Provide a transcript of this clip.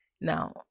Now